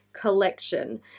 collection